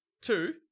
two